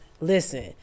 listen